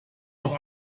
noch